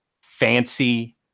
fancy